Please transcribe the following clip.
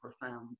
profound